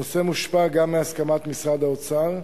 הנושא מושפע גם מהסכמת משרד האוצר.